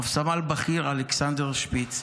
רס"ב אלכסנדר שפיץ.